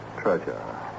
treasure